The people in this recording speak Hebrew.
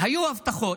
היו הבטחות,